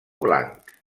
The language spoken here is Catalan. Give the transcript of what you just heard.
blanc